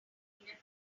panic